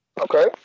okay